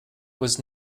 was